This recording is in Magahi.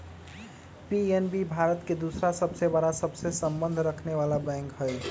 पी.एन.बी भारत के दूसरा सबसे बड़ा सबसे संबंध रखनेवाला बैंक हई